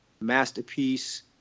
masterpiece